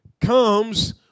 comes